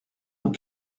nos